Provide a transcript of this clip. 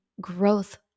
growth